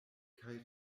kaj